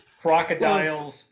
Crocodiles